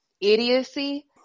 idiocy